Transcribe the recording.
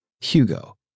Hugo